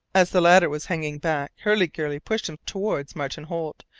as the latter was hanging back, hurliguerly pushed him towards martin holt,